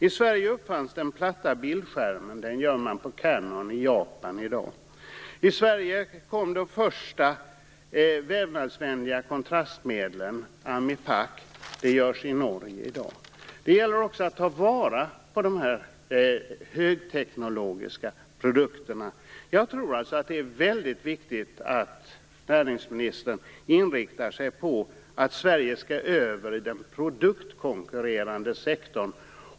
I Sverige uppfanns den platta bildskärmen. Den görs av Canon i Japan i dag. I Sverige kom det första vävnadsvänliga kontrastmedlet - Amipaque. Det tillverkas i Norge i dag. Det gäller också att ta vara på de högteknologiska produkterna. Jag tror att det är viktigt att näringsministern inriktar sig på att Sverige skall komma över i den produktkonkurrerande sektorn.